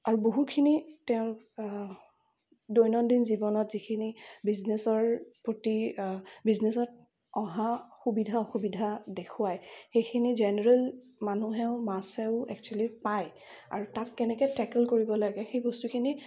আৰু বহুখিনি তেওঁ দৈনন্দিন জীৱনত যিখিনি বিজনেচৰ প্ৰতি বিজনেচত অহা সুবিধা অসুবিধা দেখুৱাই সেইখিনি জেনেৰেল মানুহেও মাচেও এক্সোলি পায় আৰু তাক কেনেকৈ টেকেল কৰিব লাগে সেই বস্তুখিনি